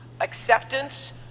acceptance